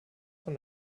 von